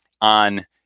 on